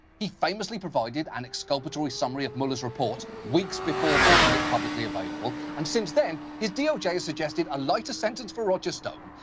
he famously provided an exculpatory summary of mueller's report weeks before making it publicly available. and sense then, his doj has suggested a lighter sentence for roger stone,